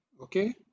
Okay